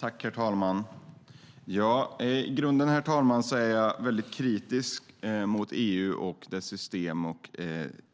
Herr talman! I grunden är jag väldigt kritisk till EU, dess system och